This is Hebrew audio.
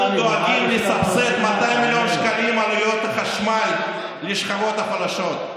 אנחנו דואגים לסבסד ב-200 מיליון שקלים את עלויות החשמל לשכבות החלשות,